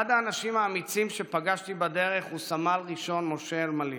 אחד האנשים האמיצים שפגשתי בדרך הוא סמל ראשון משה אלמליח.